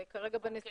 זה כרגע בנשיאות,